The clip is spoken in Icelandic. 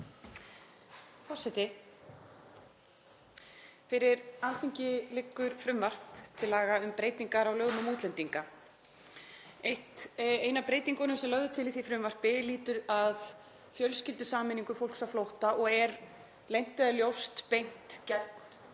Forseti. Fyrir Alþingi liggur frumvarp til laga um breytingar á lögum um útlendinga. Ein af breytingunum sem lögð er til í því frumvarpi lýtur að fjölskyldusameiningu fólks á flótta og er leynt eða ljóst beint gegn